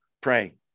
pray